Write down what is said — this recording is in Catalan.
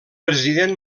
president